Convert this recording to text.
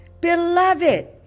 Beloved